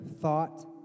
thought